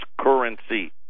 currency